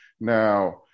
Now